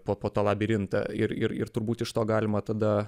po po tą labirintą ir ir ir turbūt iš to galima tada